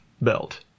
belt